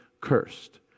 cursed